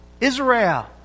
Israel